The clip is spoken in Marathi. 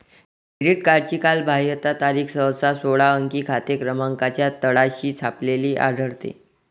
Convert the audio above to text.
क्रेडिट कार्डची कालबाह्यता तारीख सहसा सोळा अंकी खाते क्रमांकाच्या तळाशी छापलेली आढळते